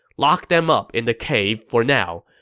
lock them up in the cave for now.